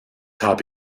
habe